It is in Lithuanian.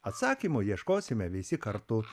atsakymų ieškosime visi kartu